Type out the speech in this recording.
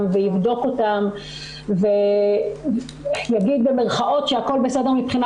ויבדוק אותן ויגיד במרכאות שהכל בסדר מבחינה